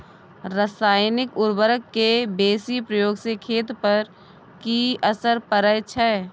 रसायनिक उर्वरक के बेसी प्रयोग से खेत पर की असर परै छै?